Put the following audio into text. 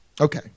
Okay